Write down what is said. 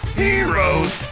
heroes